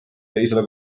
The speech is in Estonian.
teisele